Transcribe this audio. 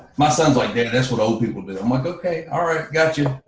my son's like, dad that's what old people do. i'm like, okay, all right got you.